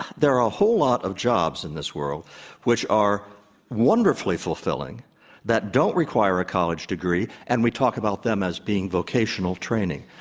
there are a whole lot of jobs in this world which are wonderfully fulfilling that don't require a college degree and we talk about them as being vocational training.